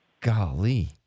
Golly